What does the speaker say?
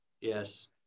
Yes